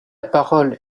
parole